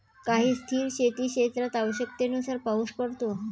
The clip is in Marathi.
काही स्थिर शेतीक्षेत्रात आवश्यकतेनुसार पाऊस पडतो